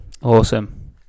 Awesome